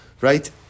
right